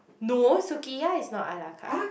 no sukiya is not ala carte